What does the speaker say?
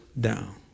down